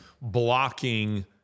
blocking